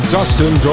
Dustin